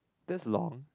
this long